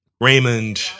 Raymond